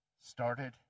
started